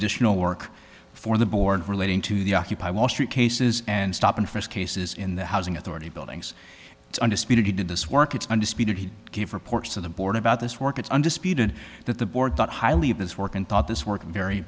additional work for the board relating to the occupy wall street cases and stop and frisk cases in the housing authority buildings undisputed he did this work it's undisputed he reports to the board about this work it's undisputed that the board thought highly of his work and thought this work very